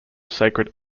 sacred